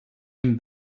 him